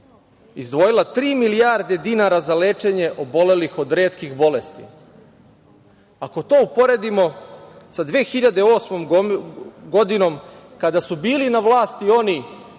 izdvojila tri milijarde dinara za lečenje obolelih od retkih bolesti. Ako to uporedimo sa 2008. godinom, kada su bili na vlasti oni